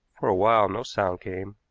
for a while no sound came,